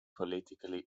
politically